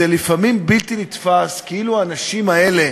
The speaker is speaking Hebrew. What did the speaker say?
לפעמים זה בלתי נתפס, כאילו האנשים האלה,